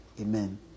Amen